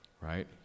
right